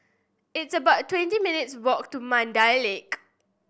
it's about twenty minutes' walk to Mandai Lake